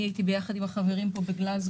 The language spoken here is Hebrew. אני הייתי ביחד עם החברים פה בגלזגו